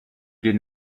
did